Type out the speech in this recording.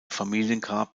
familiengrab